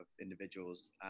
individuals